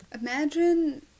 Imagine